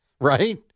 right